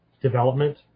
development